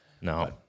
No